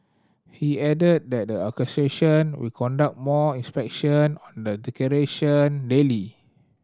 he added that the association will conduct more inspection on the decoration daily